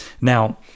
now